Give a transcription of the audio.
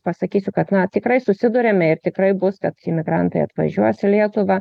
pasakysiu kad na tikrai susiduriame ir tikrai bus kad imigrantai atvažiuos į lietuvą